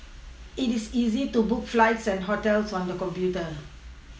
it is easy to book flights and hotels on the computer